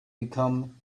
become